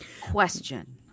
Question